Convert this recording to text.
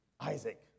Isaac